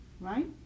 right